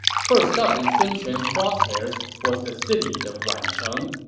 first up in sun quan's crosshairs was the city of wancheng.